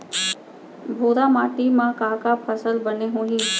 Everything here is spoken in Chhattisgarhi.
भूरा माटी मा का का फसल बने होही?